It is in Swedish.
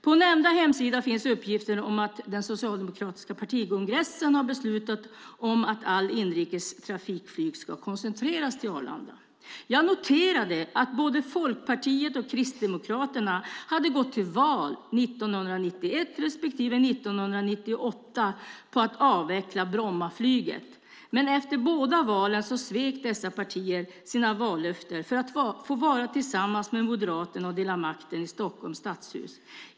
På nämnda hemsida finns uppgifter om att den socialdemokratiska partikongressen har beslutat att allt inrikestrafikflyg ska koncentreras till Arlanda. Jag noterade att både Folkpartiet och Kristdemokraterna 1991 respektive 1998 hade gått till val på att avveckla Brommaflyget. Men efter båda valen svek dessa partier sina vallöften för att få vara tillsammans med Moderaterna och dela makten i Stockholms stadshus.